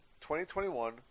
2021